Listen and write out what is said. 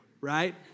right